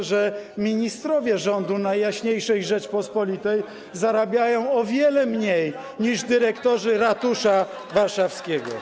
CPK. ...że ministrowie rządu Najjaśniejszej Rzeczypospolitej zarabiają o wiele mniej niż dyrektorzy ratusza warszawskiego.